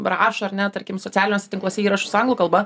rašo ar ne tarkim socialiniuose tinkluose įrašus anglų kalba